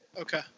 Okay